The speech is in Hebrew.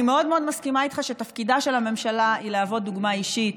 אני מאוד מאוד מסכימה איתך שתפקידה של הממשלה הוא להוות דוגמה אישית.